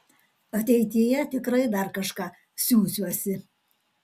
ateityje tikrai dar kažką siųsiuosi